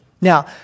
Now